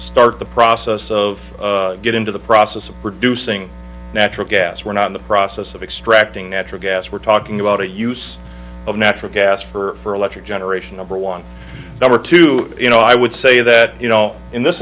start the process of get into the process of producing natural gas we're not in the process of extracting natural gas we're talking about a use of natural gas for electric generation over one number two you know i would say that you know in this